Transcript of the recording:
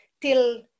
till